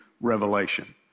Revelation